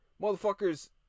Motherfuckers